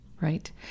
right